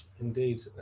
Indeed